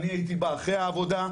אני הייתי בא אחר העבודה,